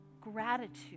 gratitude